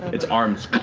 it's arms,